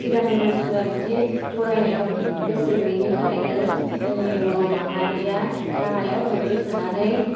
सिगांनि मानसिफोरा बिदि फरायनायाव गोसो गैयैनि थाखायनो जोंनि बर' माहारिया गाहायाव गोग्लैसोनानै